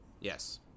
Yes